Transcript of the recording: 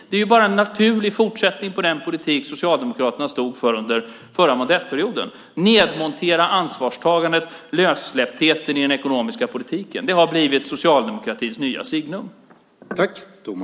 Det är bara en naturlig fortsättning på den politik Socialdemokraterna stod för under förra mandatperioden. Att nedmontera ansvarstagandet och lössläpptheten i den ekonomiska politiken har blivit socialdemokratins nya signum.